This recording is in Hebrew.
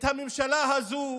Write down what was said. את הממשלה הזאת,